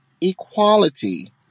equality